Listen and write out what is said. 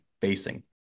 facing